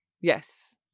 Yes